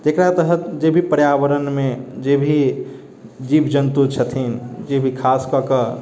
जेकरा तहत जेभी पर्यावरणमे जेभी जीव जन्तु छथिन जेभी खास कै कऽ